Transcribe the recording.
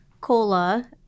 cola